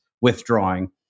withdrawing